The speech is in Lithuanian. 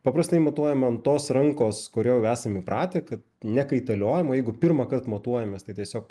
paprastai matuojama ant tos rankos kur jau esam įpratę kad nekaitaliojam o jeigu pirmą kartą matuojamės tai tiesiog